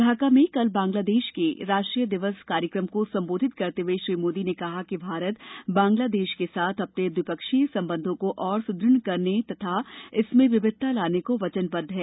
ढाका में कल बांग्लादेश के राष्ट्रीय दिवस कार्यक्रम को संबोधित करते हुए श्री मोदी ने कहा कि भारत बांग्लादेश के साथ अपने द्विपक्षीय संबंधों को और सुदृढ करने तथा इसमें विविधता लाने को वचनबद्द है